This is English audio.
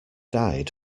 died